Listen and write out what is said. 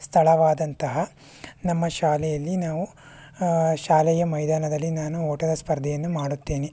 ಸ್ಥಳವಾದಂತಹ ನಮ್ಮ ಶಾಲೆಯಲ್ಲಿ ನಾವು ಶಾಲೆಯ ಮೈದಾನದಲ್ಲಿ ನಾನು ಓಟದ ಸ್ಪರ್ಧೆಯನ್ನು ಮಾಡುತ್ತೇನೆ